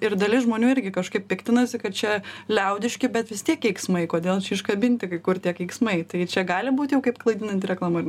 ir dalis žmonių irgi kažkaip piktinasi kad čia liaudiški bet vis tiek keiksmai kodėl čia iškabinti kur tie keiksmai tai čia gali būti kaip klaidinanti reklama